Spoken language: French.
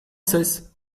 cesse